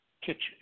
kitchen